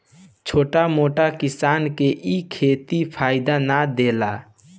छोट मोट किसान के इ खेती फायदा ना देला